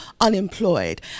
unemployed